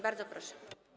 Bardzo proszę.